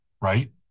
right